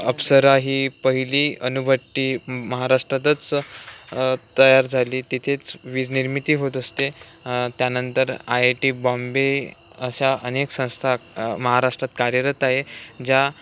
अप्सराही पहिली अणुभट्टी महाराष्ट्रातच तयार झाली तिथेच वीज निर्मिती होत असते त्यानंतर आय आय टी बॉम्बे अशा अनेक संस्था महाराष्ट्रात कार्यरत आहे ज्या